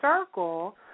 circle